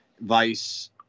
Vice